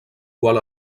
qual